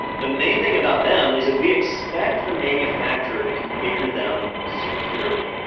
the main thing about them is that we expect the manufacturer to configure them securely,